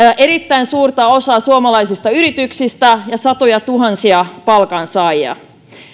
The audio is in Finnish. erittäin suurta osaa suomalaisista yrityksistä ja satojatuhansia palkansaajia